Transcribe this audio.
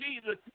Jesus